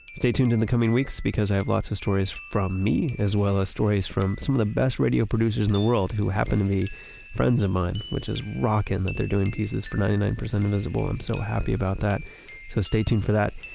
stay tuned in the coming weeks, because i have lots of stories from me as well as some of the best radio producers in the world who happen to be friends of mine, which is rockin' that they're doing pieces for ninety nine percent invisible. i'm so happy about that so stay tuned for that.